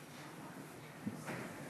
רזבוזוב,